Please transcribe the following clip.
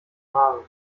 maar